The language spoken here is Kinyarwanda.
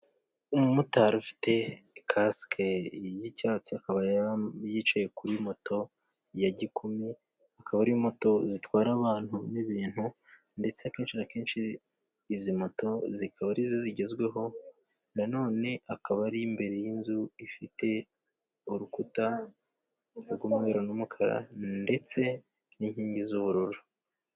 Umumotari ufite ikasike y'icyatsi akaba yicaye kuri moto ya gikumi, akaba ari moto zitwara abantu n'ibintu ndetse akenshi akenshi izi moto zikaba ari zigezweho, na none akaba ari imbere y'inzu ifite urukuta rw'umweru n'umukara ndetse n'inkingi z'ubururu.